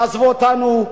תעזבו אותנו,